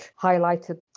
highlighted